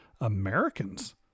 Americans